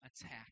attack